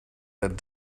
that